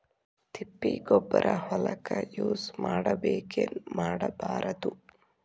ತಿಪ್ಪಿಗೊಬ್ಬರ ಹೊಲಕ ಯೂಸ್ ಮಾಡಬೇಕೆನ್ ಮಾಡಬಾರದು?